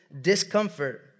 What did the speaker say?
discomfort